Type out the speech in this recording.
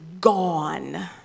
gone